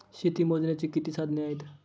शेती मोजण्याची किती साधने आहेत?